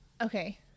okay